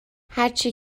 هرچی